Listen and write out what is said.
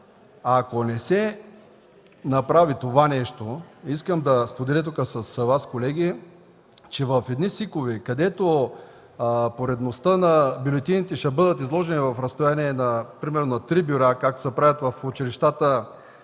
Ако не се направи това, искам да споделя с Вас, колеги, че в едни СИК-ове, където поредността на бюлетините ще бъде изложена в разстояние на три бюра – както се правят по училищата